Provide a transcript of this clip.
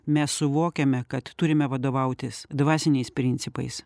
mes suvokiame kad turime vadovautis dvasiniais principais